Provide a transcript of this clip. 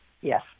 Yes